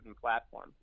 platform